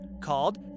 called